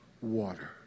water